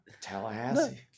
Tallahassee